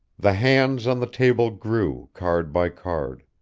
the hands on the table grew, card by card.